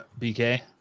bk